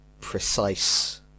precise